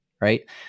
right